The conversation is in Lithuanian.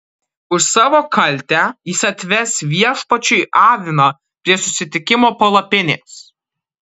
už savo kaltę jis atves viešpačiui aviną prie susitikimo palapinės